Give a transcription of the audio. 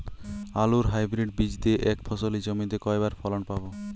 আলুর হাইব্রিড বীজ দিয়ে এক ফসলী জমিতে কয়বার ফলন পাব?